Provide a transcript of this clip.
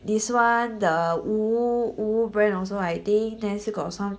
this one the Whoo Whoo brand also right they then then still got some